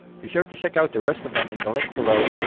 be sure to check out the rest of them in the link below,